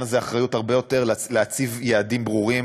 הזה אחריות רבה יותר ולהציב יעדים ברורים.